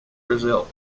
brazil